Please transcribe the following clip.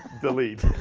delete.